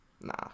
Nah